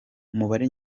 umubare